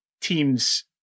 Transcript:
teams